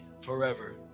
forever